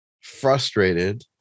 frustrated